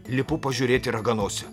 lipu pažiūrėti raganosio